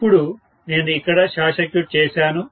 ఇప్పుడు నేను ఇక్కడ షార్ట్ సర్క్యూట్ చేశాను